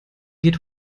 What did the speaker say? geht